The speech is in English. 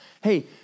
hey